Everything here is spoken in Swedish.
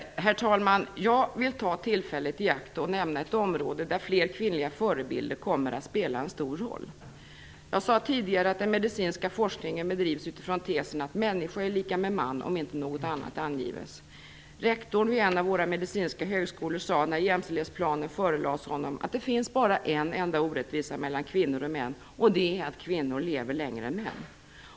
Herr talman! Jag vill ta tillfället i akt och nämna ett område där fler kvinnliga förebilder kommer att spela en stor roll. Jag sade tidigare att den medicinska forskningen bedrivs utifrån tesen att människa är lika med man om inte något annat angives. Rektor vid en av våra medicinska högskolor sade när jämställdhetsplanen förelades honom att det finns bara en enda orättvisa mellan kvinnor och män, och det är att kvinnor lever längre än män.